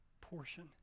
portion